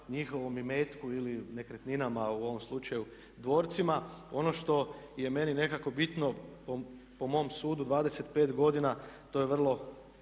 njihovom imetku ili nekretninama u ovom slučaju dvorcima. Ono što je meni nekako bitno po mom sudu 25 godina to je vrlo